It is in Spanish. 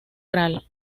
gral